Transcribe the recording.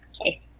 Okay